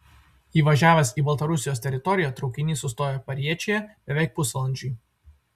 įvažiavęs į baltarusijos teritoriją traukinys sustoja pariečėje beveik pusvalandžiui